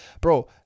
bro